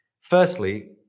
firstly